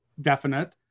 definite